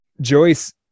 Joyce